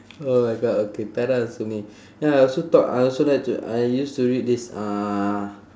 oh my god okay tara sue me ya I also thought I also like to I used to read this uh